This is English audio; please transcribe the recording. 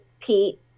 Pete